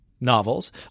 novels